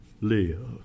live